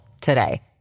today